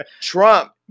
Trump